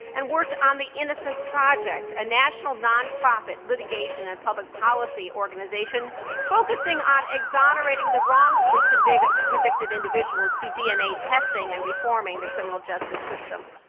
and worked on the innocence project, a national nonprofit litigation and public policy organization focusing on exonerating the wrongfully convicted convicted individuals through dna testing and reforming the criminal justice system.